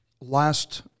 Last